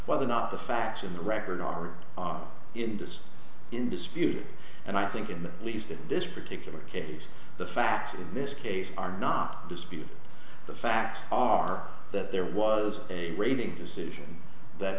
whether or not the facts in the record are our interest in dispute and i think in the least in this particular case the facts in this case are not dispute the facts are that there was a rating decision that